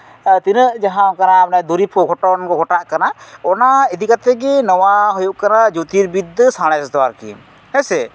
ᱛᱤᱱᱟᱹᱜ ᱡᱟᱦᱟᱸ ᱚᱱᱠᱟᱱᱟᱜ ᱚᱱᱮ ᱫᱩᱨᱤᱵ ᱠᱚ ᱜᱷᱚᱴᱚᱱ ᱠᱚ ᱜᱷᱚᱴᱟᱜ ᱠᱟᱱᱟ ᱚᱱᱟ ᱤᱫᱤ ᱠᱟᱛᱮ ᱜᱮ ᱱᱚᱣᱟ ᱦᱩᱭᱩᱜ ᱠᱟᱱᱟ ᱡᱳᱛᱤᱨᱵᱤᱫᱽᱫᱟᱹ ᱥᱟᱬᱮᱥ ᱫᱚ ᱟᱨᱠᱤ ᱦᱮᱸᱥᱮ